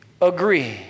agree